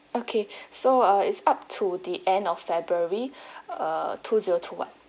okay so uh it's up to the end of february err two zero two one